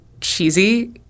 cheesy